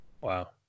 wow